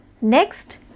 Next